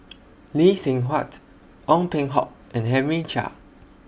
Lee Seng Huat Ong Peng Hock and Henry Chia